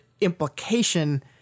implication